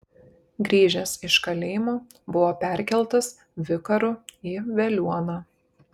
grįžęs iš kalėjimo buvo perkeltas vikaru į veliuoną